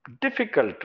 difficult